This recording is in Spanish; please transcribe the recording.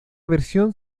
versión